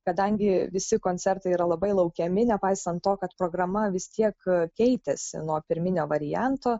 kadangi visi koncertai yra labai laukiami nepaisant to kad programa vis tiek keitėsi nuo pirminio varianto